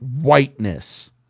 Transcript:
Whiteness